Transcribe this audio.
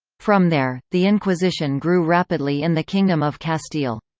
from there, the inquisition grew rapidly in the kingdom of castile.